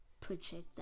project